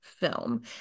film